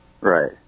Right